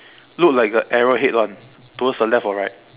look like a arrow head [one] towards the left or right